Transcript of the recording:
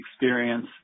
experience